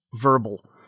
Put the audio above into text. verbal